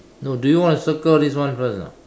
no do you want to circle this one first or not